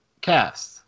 cast